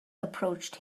approached